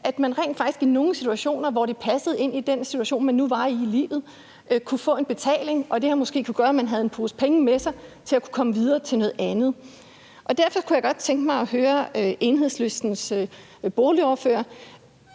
at man rent faktisk i nogle situationer, hvor det passede ind i den situation, man nu var i i livet, kunne få en betaling, og det har måske kunnet gøre, at man havde en pose penge med sig til at komme videre til noget andet. Og derfor kunne jeg godt tænke mig at høre Enhedslistens boligordfører: